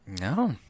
No